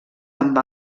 amb